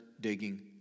digging